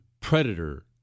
predator